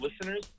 listeners